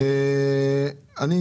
אמרנו אז שיש קול קורא שהוא כבר בחוץ.